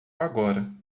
agora